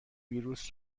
ویروس